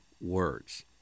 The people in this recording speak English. words